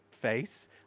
face